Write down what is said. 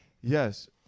Yes